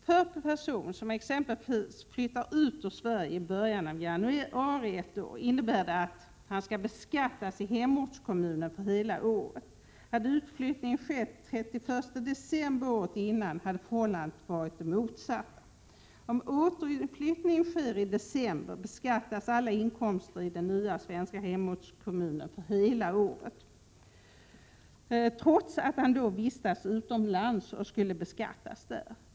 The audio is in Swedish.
För en person som exempelvis flyttar ut ur Sverige i början av januari ett år, innebär det att han skall beskattas i hemortskommunen för hela året. Hade utflyttningen skett den 31 december året innan hade förhållandena varit de motsatta. Om återflyttning sker i december beskattas alla inkomster i den nya svenska hemortskommunen för hela året, trots att personen då vistats utomlands och skulle beskattas där.